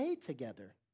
together